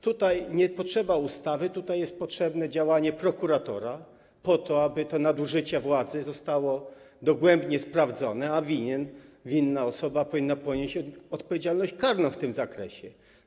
Tutaj nie potrzeba ustawy, tutaj jest potrzebne działanie prokuratora, po to aby to nadużycie władzy zostało dogłębnie sprawdzone, a winien, winna osoba powinna ponieść odpowiedzialność karną w tym zakresie.